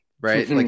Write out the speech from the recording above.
right